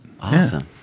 awesome